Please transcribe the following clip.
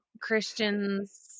Christians